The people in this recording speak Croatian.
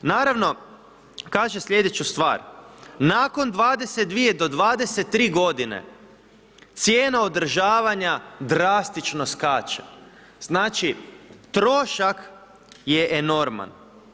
Naravno kaže sljedeću stvar: „Nakon 22. do 23. godine cijena održavanja drastično skače.“ Znači trošak je enorman.